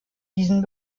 diesen